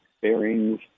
bearings